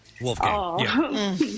Wolfgang